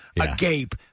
agape